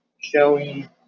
showing